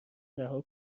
رها